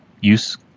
use